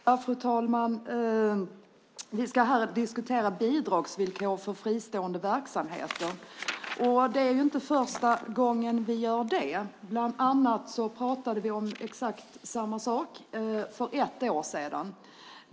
Fru talman! Det är inte första gången vi debatterar bidragsvillkor för fristående verksamheter. För ett år sedan talade vi om samma sak.